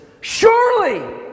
surely